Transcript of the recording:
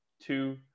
Two